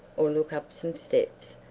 or look up some steps,